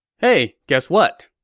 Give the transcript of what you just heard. hey guess what?